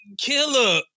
Killer